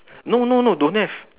no no no don't have